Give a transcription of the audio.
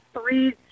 three